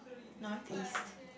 north east